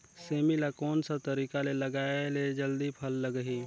सेमी ला कोन सा तरीका से लगाय ले जल्दी फल लगही?